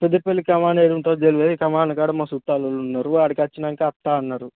Peddapalli command ఎక్కడ ఉంటుందో తెలియదు కమాండ్ కాడ మా చుట్టాల వాళ్ళు ఉన్నారు అక్కడికి వచ్చినాక వస్తా అన్నారు